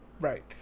Right